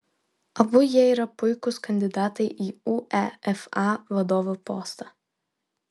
abu jie yra puikūs kandidatai į uefa vadovo postą